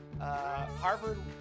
Harvard